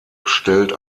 stellt